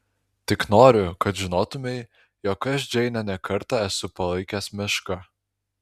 tik noriu kad žinotumei jog aš džeinę ne kartą esu palaikęs meška